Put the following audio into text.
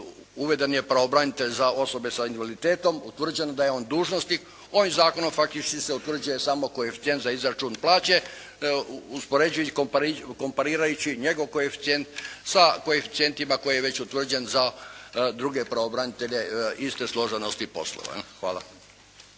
uveden je pravobranitelj za osobe sa invaliditetom, utvrđeno je da je on dužnosnik. Ovim zakonom faktički se utvrđuje samo koeficijent za izračun plaće uspoređujući, komparirajući njegov koeficijent sa koeficijentima koji je već utvrđen za druge pravobranitelje iste složenosti poslova. Hvala.